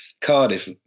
Cardiff